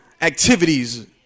activities